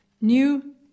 New